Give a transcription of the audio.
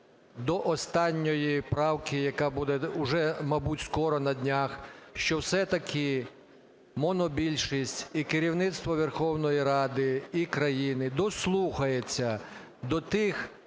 до останньої правки, яка буде уже, мабуть, скоро, на днях, що все-таки монобільшість і керівництво Верховної Ради, і країни дослухається до тих